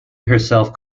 herself